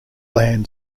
land